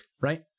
right